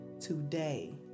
Today